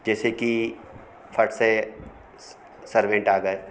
जैसे कि फट से सर्वेन्ट आ गए